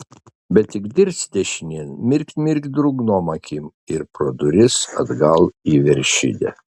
bet tik dirst dešinėn mirkt mirkt drungnom akim ir pro duris atgal į veršidę